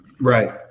right